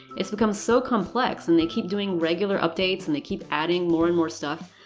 it's become so complex, and they keep doing regular updates and they keep adding more and more stuff.